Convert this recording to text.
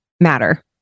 matter